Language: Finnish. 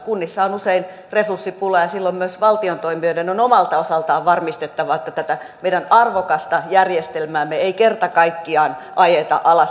kunnissa on usein resurssipula ja silloin myös valtion toimijoiden on omalta osaltaan varmistettava että tätä meidän arvokasta järjestelmäämme ei kerta kaikkiaan ajeta alas